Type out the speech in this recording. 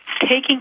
taking